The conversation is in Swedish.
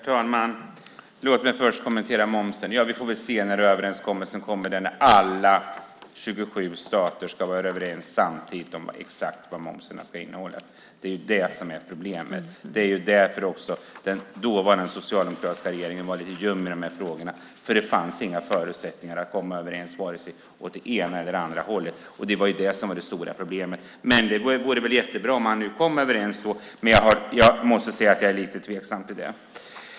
Herr talman! Låt mig först kommentera momsen. Vi får väl se när överenskommelsen kommer. Alla 27 stater ska vara överens exakt samtidigt om vad momsen ska innehålla. Det är vad som är problemet. Det var också därför den dåvarande socialdemokratiska regeringen var lite ljum i de frågorna. Det fanns inga förutsättningar att komma överens vare sig åt det ena eller det andra hållet. Det var det stora problemet. Det vore väl jättebra om man nu kom överens. Men jag måste säga att jag är lite tveksam till det.